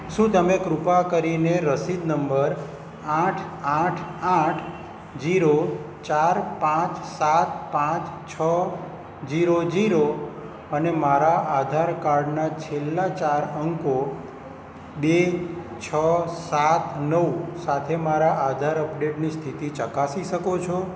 શું તમે કૃપા કરીને રસીદ નંબર આઠ આઠ આઠ જીરો ચાર પાંચ સાત પાંચ છ જીરો જીરો અને મારા આધાર કાર્ડના છેલ્લા ચાર અંકો બે છ સાત નવ સાથે મારા આધાર અપડેટની સ્થિતિ ચકાસી શકો છો